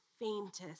faintest